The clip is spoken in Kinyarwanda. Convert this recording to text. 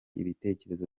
ibitekerezo